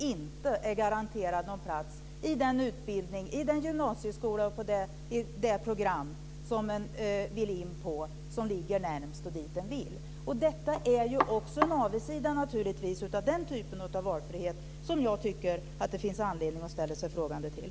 Eleven garanteras inte plats i den utbildning, i den gymnasieskola och i det program som ligger närmast och dit eleven vill komma. Detta är naturligtvis en avigsida av den typ av valfrihet som jag tycker att det finns anledning att ställa sig frågande till.